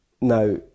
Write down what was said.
now